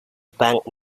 bank